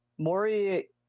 Maury